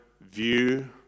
view